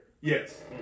Yes